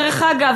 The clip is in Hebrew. דרך אגב,